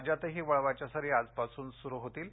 राज्यातही वळवाच्या सरी आजपासून सुरू होतील